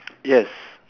yes